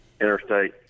interstate